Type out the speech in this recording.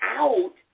out